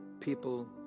people